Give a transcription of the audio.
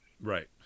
Right